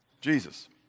Jesus